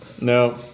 No